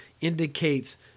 indicates